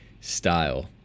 style